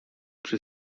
przy